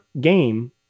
game